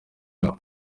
yabo